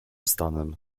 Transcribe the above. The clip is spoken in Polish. stanem